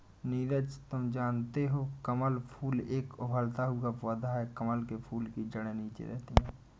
नीरज जानते हो कमल फूल एक उभरता हुआ पौधा है कमल के फूल की जड़े नीचे रहती है